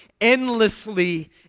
endlessly